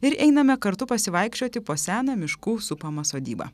ir einame kartu pasivaikščioti po seną miškų supamą sodybą